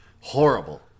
horrible